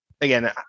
again